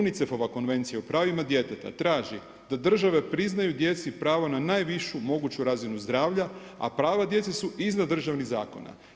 UNICEF-ova konvencija o pravima djeteta, da traži da državi priznaju djeci pravo na najvišu moguću razinu zdravlja a prava djece su iznad državnih zakona.